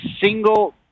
single